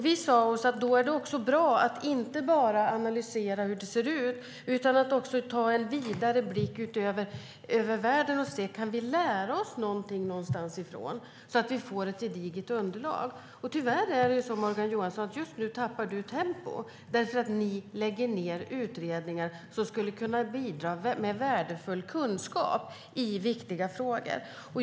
Vi sa oss att det då är bra att inte bara analysera hur det ser ut, utan man bör också ta en vidare blick ut över världen för att se om vi kan lära oss någonting från andra länder, så att vi får ett gediget underlag. Tyvärr är det så, Morgan Johansson, att just nu tappar du tempo därför att ni lägger ned utredningar som skulle kunna bidra med värdefull kunskap i viktiga frågor.